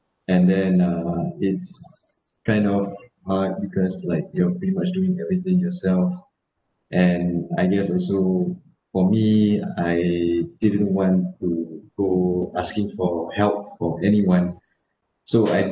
and then uh it's kind of hard because like you're pretty much doing everything yourself and ideas also for me I didn't went to go asking for help from anyone so I